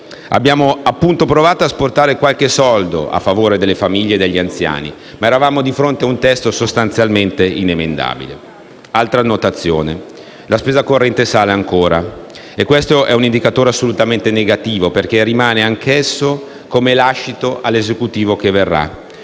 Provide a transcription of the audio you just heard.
Abbiamo, appunto, provato a spostare qualche soldo a favore delle famiglie e degli anziani, ma eravamo di fronte a un testo inemendabile. Inoltre, la spesa corrente sale ancora e questo è un indicatore assolutamente negativo, perché rimane anch'esso come lascito all'Esecutivo che verrà.